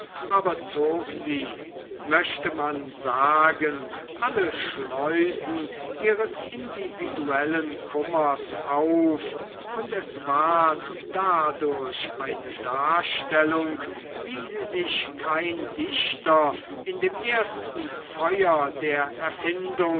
aber zog sie möchte man sagen alle schleusen ihres individuellen kummers auf und es ward dadurch eine darstellung wie sie sich kein dichter in dem ersten feuer der